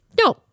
No